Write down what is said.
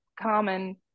common